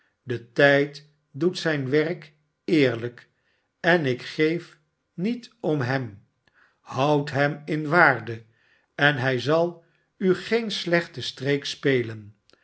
de tijd doet zijn werk eerlijk en ik geef niet om hem houd hem in waarde en hij zal u geen slechten streek spelen